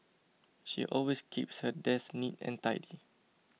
she always keeps her desk neat and tidy